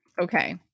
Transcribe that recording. Okay